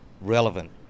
relevant